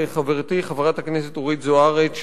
לחברתי חברת הכנסת אורית זוארץ,